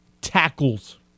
tackles